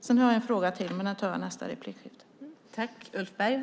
Jag har en fråga till, men den tar jag i nästa replikskifte.